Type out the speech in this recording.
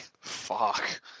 Fuck